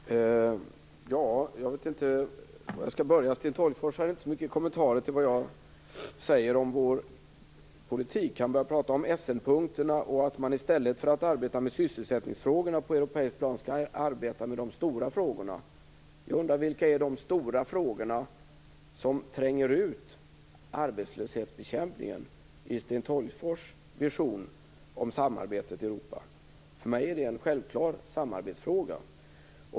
Fru talman! Jag vet inte var jag skall börja. Sten Tolgfors har inte så mycket kommentarer till vad jag säger om vår politik. Han pratar om Essenpunkterna och säger att man i stället för att arbeta med sysselsättningsfrågorna på europeiskt plan skall arbeta med de stora frågorna. Jag undrar: Vilka är de stora frågor som tränger ut arbetslöshetsbekämpningen i Sten Tolgfors vision om samarbetet i Europa? För mig är det en självklar samarbetsfråga.